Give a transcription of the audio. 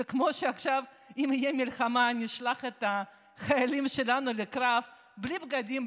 זה כמו שעכשיו אם תהיה מלחמה נשלח את החיילים שלנו לקרב בלי בגדים,